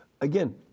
Again